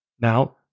Now